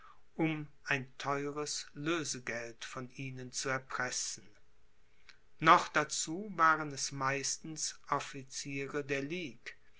um ein theures lösegeld von ihnen zu erpressen noch dazu waren es meistens officiere der ligue